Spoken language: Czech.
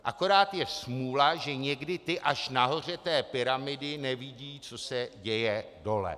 Akorát je smůla, že někdy ti až nahoře té pyramidy nevidí, co se děje dole.